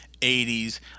80s